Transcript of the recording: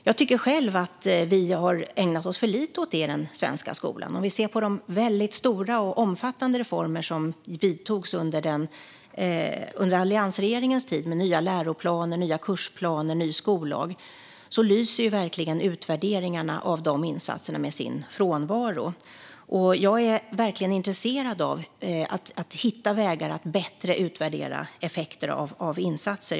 Jag tycker själv att vi har ägnat oss för lite åt det i den svenska skolan. Ser vi på de väldigt stora och omfattande reformer som vidtogs under alliansregeringens tid med nya läroplaner, nya kursplaner och ny skollag ser vi att utvärderingarna av de insatserna lyser med sin frånvaro. Jag är verkligen intresserad av att hitta vägar att bättre utvärdera effekter av insatser.